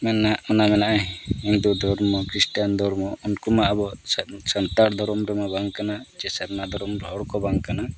ᱢᱟᱱᱮ ᱚᱱᱟᱜᱮ ᱱᱚᱜᱼᱚᱭ ᱦᱤᱱᱫᱩ ᱫᱷᱚᱨᱢᱚ ᱠᱷᱨᱤᱥᱴᱟᱱ ᱫᱷᱚᱨᱢᱚ ᱩᱱᱠᱩ ᱢᱟ ᱟᱵᱚᱣᱟᱜ ᱥᱟᱱᱛᱟᱲ ᱫᱷᱚᱨᱚᱢ ᱨᱮᱢᱟ ᱵᱟᱝ ᱠᱟᱱᱟ ᱡᱮ ᱥᱟᱨᱱᱟ ᱫᱷᱚᱨᱚᱢ ᱨᱮᱱ ᱦᱚᱲ ᱠᱚ ᱵᱟᱝ ᱠᱟᱱᱟ